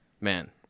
man